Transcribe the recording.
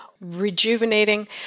rejuvenating